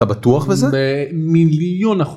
אתה בטוח בזה? במיליון אחוז.